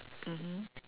mmhmm